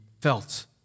felt